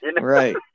right